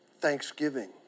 Thanksgiving